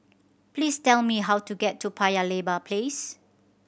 please tell me how to get to Paya Lebar Place